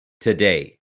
today